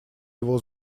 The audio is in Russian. его